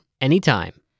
anytime